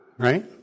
Right